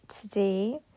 today